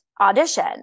audition